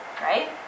right